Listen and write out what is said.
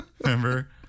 Remember